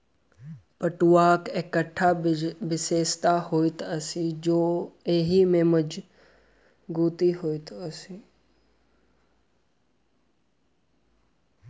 पटुआक एकटा विशेषता होइत अछि जे एहि मे मजगुती होइत अछि